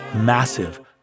massive